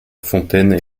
fontaine